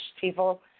people